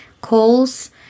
calls